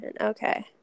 Okay